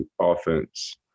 offense